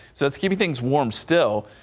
so it's keeping things warm still.